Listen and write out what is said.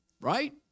Right